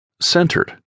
centered